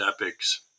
epics